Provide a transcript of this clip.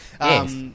Yes